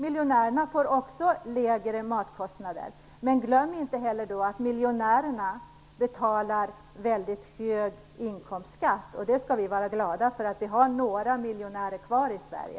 Visst får också miljonärerna lägre matkostnader, men glöm inte att miljonärerna betalar väldigt hög inkomstskatt. Vi skall vara glada över att vi har några miljonärer kvar i Sverige.